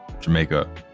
Jamaica